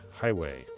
Highway